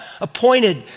appointed